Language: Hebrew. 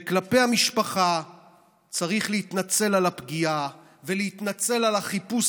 כלפי המשפחה צריך להתנצל על הפגיעה ולהתנצל על החיפוש